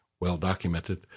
well-documented